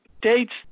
dates